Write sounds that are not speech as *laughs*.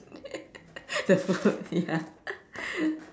*laughs* the food ya